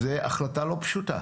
זו החלטה לא פשוטה